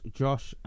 josh